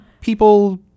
people